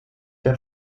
der